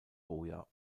hoya